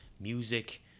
music